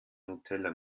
nutella